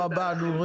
תודה רבה, נורית.